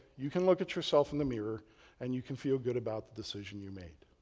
you can look at yourself in the mirror and you can feel good about the decision you made.